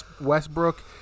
Westbrook